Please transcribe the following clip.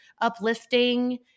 uplifting